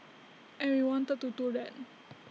and we wanted to do that